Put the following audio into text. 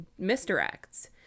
misdirects